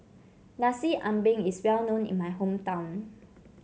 Nasi Ambeng is well known in my hometown